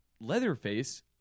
Leatherface